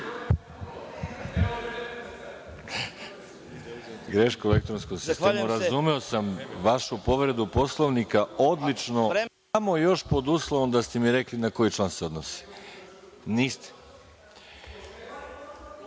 u elektronskom sistemu. Razumeo sam vašu povredu Poslovnika, odlično, samo još pod uslovom da ste mi rekli na koji član se odnosi.(Nemanja